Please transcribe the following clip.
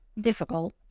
difficult